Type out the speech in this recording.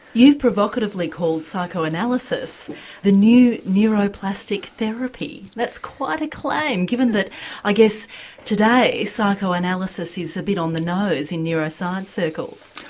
you've provocatively called psychoanalysis the new neuroplastic therapy. that's quite a claim given that i guess today psychoanalysis is a bit on the nose in neuroscience circles.